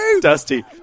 dusty